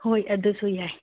ꯍꯣꯏ ꯑꯗꯨꯁꯨ ꯌꯥꯏ